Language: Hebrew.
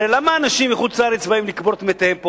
הרי למה אנשים מחוץ-לארץ באים לקבור את מתיהם פה,